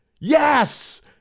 yes